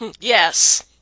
Yes